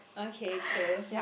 okay cool